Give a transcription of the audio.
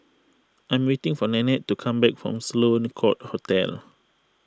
I am waiting for Nannette to come back from Sloane Court Hotel